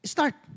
Start